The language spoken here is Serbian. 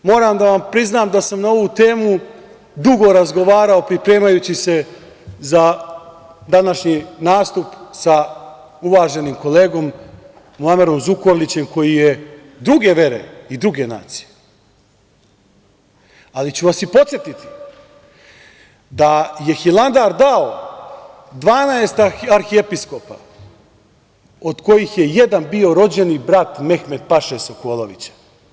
Moram da vam priznam da sam na ovu temu dugo razgovarao pripremajući se za današnji nastup sa uvaženim kolegom, Muamerom Zukorlićem, koji je druge vere i druge nacije, ali ću vas i podsetiti da je Hilandar dao 12 arhiepiskopa, od kojih je jedan bio rođeni brat Mehmet-paše Sokolovića.